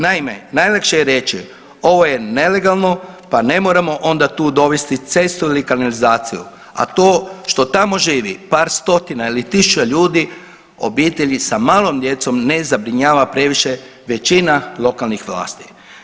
Naime, najlakše je reći ovo je nelegalno pa ne moramo onda tu dovesti cestu ili kanalizaciju, a to što tamo živi par stotina ili tisuća ljudi, obitelji sa malom djecom ne zabrinjava previše većina lokalnih vlasti.